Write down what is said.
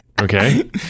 Okay